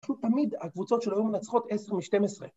פשוט תמיד, ‫הקבוצות שלו היו מנצחות 10 מ-12.